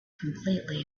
completely